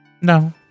No